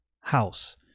house